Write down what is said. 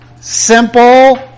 simple